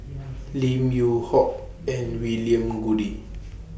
Lim Yew Hock and William Goode